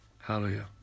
Hallelujah